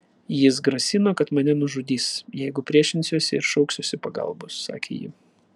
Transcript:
jis grasino kad mane nužudys jeigu priešinsiuosi ir šauksiuosi pagalbos sakė ji